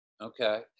Okay